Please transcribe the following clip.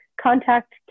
contact